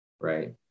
right